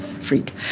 freak